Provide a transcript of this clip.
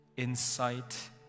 insight